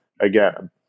again